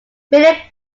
billy